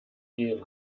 gehen